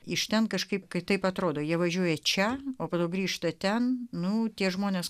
iš ten kažkaip kitaip atrodo jie važiuoja čia o po to grįžta ten nu tie žmonės